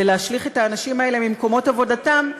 ולהשליך את האנשים האלה ממקומות עבודתם,